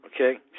Okay